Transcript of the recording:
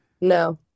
No